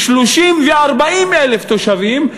30,000 ו-40,000 תושבים,